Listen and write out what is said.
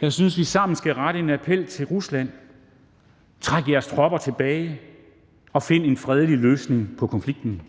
Jeg synes, vi sammen skal rette en appel til Rusland: Træk jeres tropper tilbage, og find en fredelig løsning på konflikten.